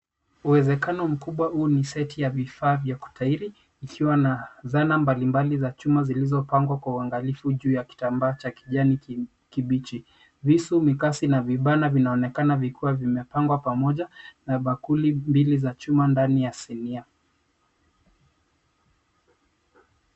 Uwezekano mkubwa huu ni seti ya vifaa vya kutairi ikiwa na dhana mbalimbali za chuma zilizopangwa kwa uangalifu juu ya kitambaa cha kijani kibichi. Visu, mikasi na vibana vinaonekana vikiwa vimepangwa pamoja na bakuli mbili za chuma ndani ya sinia.